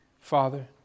Father